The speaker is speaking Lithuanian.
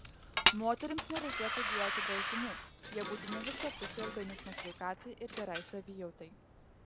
moterims nereikėtų bijoti baltymų jie būtini visapusei organizmo sveikatai ir gerai savijautai